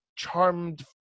charmed